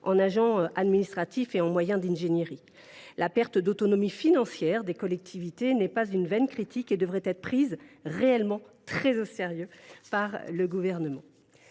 en agents administratifs et en moyens d’ingénierie. La perte d’autonomie financière des collectivités n’est pas une vaine critique. Elle devrait être prise très au sérieux par le Gouvernement.